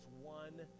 one